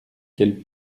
qu’elle